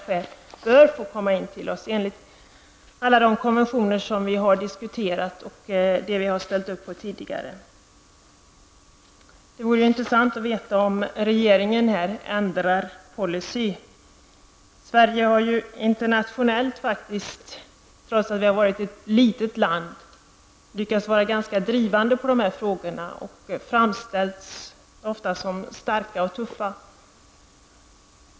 Det är flyktingar som enligt alla konventioner bör få komma till oss av humanitära skäl. Dessa konventioner har vi hittills följt. Det vore intressant att få veta om regeringen har ändrat policy. Sverige har, trots att det är ett litet land, varit ganska drivande i dessa frågor på det internationella planet. Vi har ofta framställts som starka och tuffa.